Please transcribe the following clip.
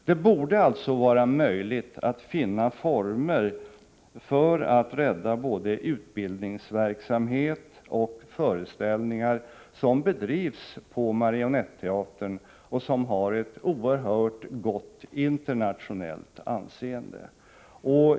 Det borde vara möjligt att finna former för att rädda både utbildningsverksamheten och föreställningarna på Marionetteatern, som har ett oerhört gott internationellt anseende.